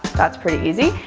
that's pretty easy.